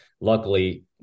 Luckily